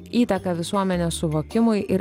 įtaką visuomenės suvokimui ir